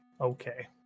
okay